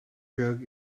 jug